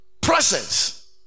presence